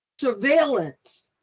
surveillance